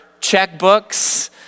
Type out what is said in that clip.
checkbooks